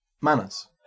Manners